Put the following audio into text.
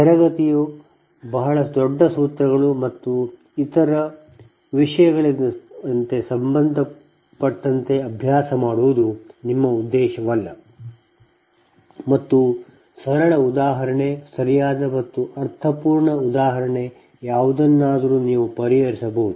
ತರಗತಿಯು ಬಹಳ ದೊಡ್ಡ ಸೂತ್ರಗಳು ಮತ್ತು ಇತರ ವಿಷಯಗಳಿಗೆ ಸಂಬಂಧಪಟ್ಟಂತೆ ಅಭ್ಯಾಸ ಮಾಡುವುದು ನಿಮ್ಮ ಉದ್ದೇಶವಲ್ಲ ಮತ್ತು ಸರಳ ಉದಾಹರಣೆ ಸರಿಯಾದ ಮತ್ತು ಅರ್ಥಪೂರ್ಣ ಉದಾಹರಣೆ ಯಾವುದನ್ನಾದರೂ ನೀವು ಸರಿಯಾಗಿ ಪರಿಹರಿಸಬಹುದು